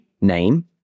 name